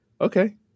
Okay